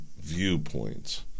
viewpoints